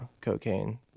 cocaine